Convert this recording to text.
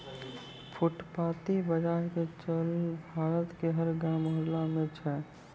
फुटपाती बाजार के चलन भारत के हर गांव मुहल्ला मॅ छै